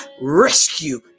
rescue